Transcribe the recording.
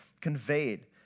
conveyed